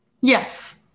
yes